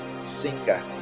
Singer